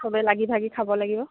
চবেই লাগি ভাগি খাব লাগিব